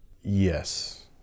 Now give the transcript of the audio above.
Yes